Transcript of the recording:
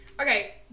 Okay